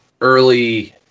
early